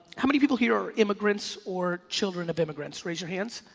how many people here are immigrants or children of immigrants, raise your hands,